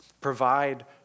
Provide